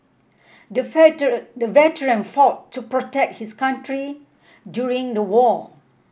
the veteran fought to protect his country during the war